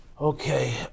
Okay